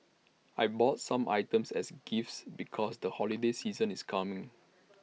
I bought some items as gifts because the holiday season is coming